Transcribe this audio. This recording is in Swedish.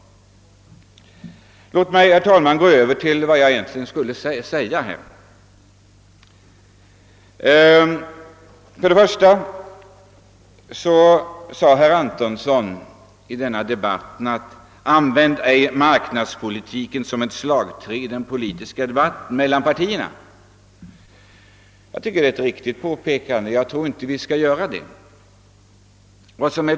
Låt mig sedan, herr talman, gå över till vad jag egentligen hade tänkt säga här. Först vill jag ta upp vad herr Antonsson sade i denna debatt om att marknadspolitiken inte bör användas som ett slagträ i den politiska debatten mellan partierna. Jag tycker detta är ett riktigt påpekande; jag tror inte att vi bör göra det.